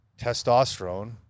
testosterone